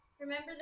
Remember